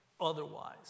otherwise